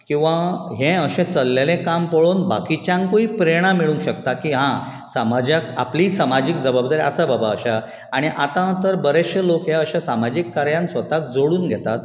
किंवा हे अशे चलल्लेले काम पळोवन बाकीच्यांकूय प्रेरणा मेळूंक शकता की हां समाजाक आपली समाजीक जवाबदारी आसा बाबा अश्या आनी आता तर बरेश्शे लोक अशे सामाजीक कार्याक स्वताक जोडून घेतात